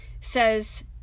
says